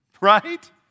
Right